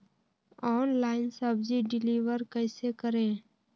Online सब्जी deliver कैसे करें?